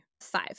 five